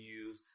use